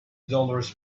dollars